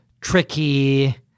tricky